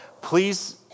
please